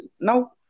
Now